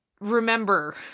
remember